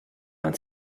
man